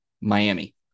Miami